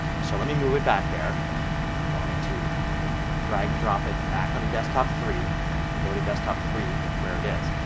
so let me move it back there. i'm going to drag and drop it back onto desktop three and go to desktop three where it is.